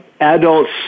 Adults